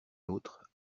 l’autre